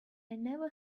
never